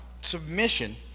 submission